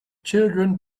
children